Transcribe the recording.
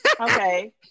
Okay